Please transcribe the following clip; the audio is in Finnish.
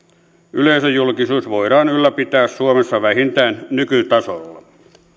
yleisöjulkisuus voidaan ylläpitää suomessa vähintään nykytasolla